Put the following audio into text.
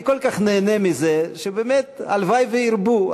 אני כל כך נהנה מזה, באמת הלוואי שירבו.